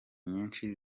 nyinshi